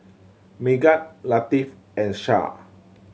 Megat Latif and Shah